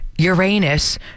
Uranus